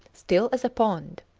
still as a pond.